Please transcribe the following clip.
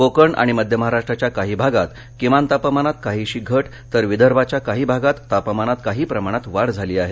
कोकण आणि मध्य महाराष्ट्राच्या काही भागात किमान तापमानात काहीशी घट तर विदर्भाच्या काही भागात तापमानात काही प्रमाणात वाढ झाली आहे